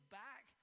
back